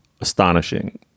astonishing